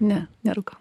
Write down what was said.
ne nerūkau